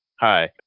Hi